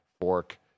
fork